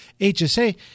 HSA